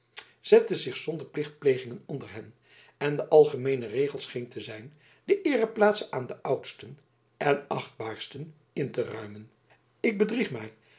zette zich zonder plichtplegingen onder hen en de algemeene regel scheen te zijn de eereplaatsen aan de oudsten en achtbaarsten in te ruimen ik bedrieg mij